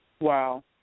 Wow